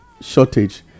shortage